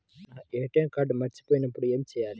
నా ATM card పోయినప్పుడు ఏమి చేయాలి?